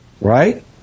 right